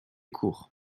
cours